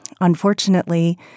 Unfortunately